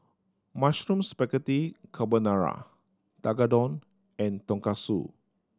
Mushroom Spaghetti Carbonara Tekkadon and Tonkatsu